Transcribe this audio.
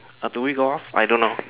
uh do we go off I don't know